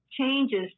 changes